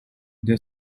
they